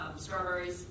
strawberries